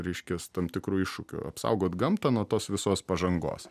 reiškias tam tikru iššūkiu apsaugot gamtą nuo tos visos pažangos